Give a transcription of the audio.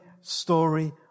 story